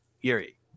Yuri